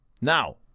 Now